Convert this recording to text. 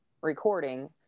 recording